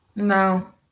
No